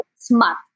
smart